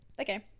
okay